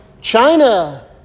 China